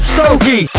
Stokey